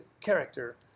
character